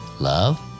love